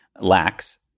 lacks